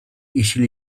isil